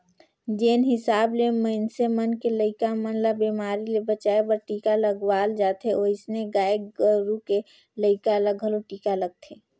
जेन हिसाब ले मनइसे मन के लइका मन ल बेमारी ले बचाय बर टीका लगवाल जाथे ओइसने गाय गोरु के लइका ल घलो टीका लगथे